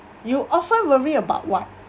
you often worry about what